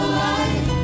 life